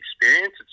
experience